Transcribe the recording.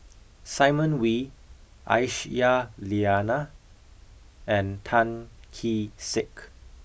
Simon Wee Aisyah Lyana and Tan Kee Sek